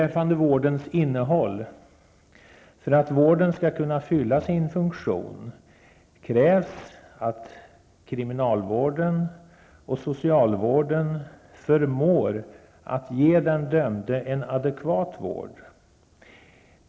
För att vården skall kunna fylla sin funktion krävs att kriminalvården och socialvården förmår ge den dömde en adekvat vård.